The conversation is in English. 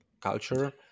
culture